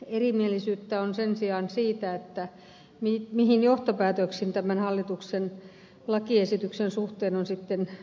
erimielisyyttä on sen sijaan siitä mihin johtopäätöksiin tämän hallituksen lakiesityksen suhteen on sitten päädyttävä